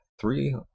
three